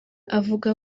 avuga